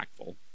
impactful